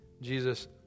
Jesus